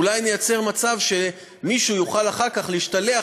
אולי נייצר מצב שמישהו יוכל אחר כך להשתלח